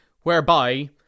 whereby